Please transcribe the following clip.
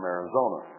Arizona